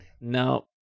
No